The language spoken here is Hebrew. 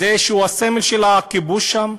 שהוא הסמל של הכיבוש שם.